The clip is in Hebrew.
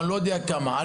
לא יודע כמה בדיוק,